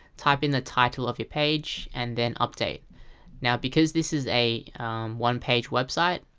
type in the title of your page and then update now because this is a one-page website,